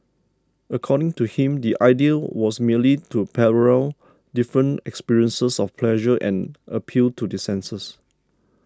according to him the idea was merely to parallel different experiences of pleasure and appeal to the senses